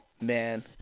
man